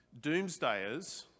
doomsdayers